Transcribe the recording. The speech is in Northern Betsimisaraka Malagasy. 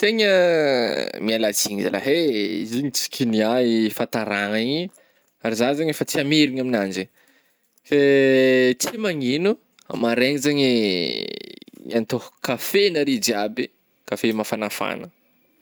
tegna mialatsigny zalahy eh, izy igny tsy kigniah i fahataragna igny, ary zah zegny efa tsy amerigna amignazy eh, tsy magnino amaraigna zany iii, hiantohako kafe nare jiaby eh, kafe mafagnafagna.